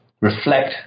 reflect